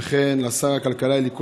וכן לשר הכלכלה אלי כהן,